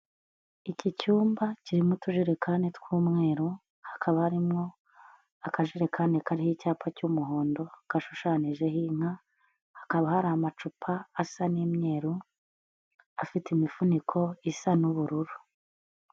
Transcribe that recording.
Iki cyumba kirimo utujerekani tw'umweru, hakaba harimo akajerekani kariho icyapa cy'umuhondo, gashushanyijeho inka, hakaba hari amacupa asa n'imyeru, afite imifuniko isa n'ubururu.